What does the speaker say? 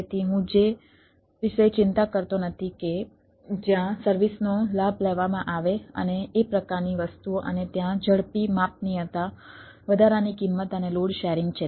તેથી હું તે વિશે ચિંતા કરતો નથી કે જ્યાં સર્વિસનો લાભ લેવામાં આવે અને એ પ્રકારની વસ્તુઓ અને ત્યાં ઝડપી માપનીયતા વધારાની કિંમત અને લોડ શેરિંગ છે